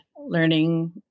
Learning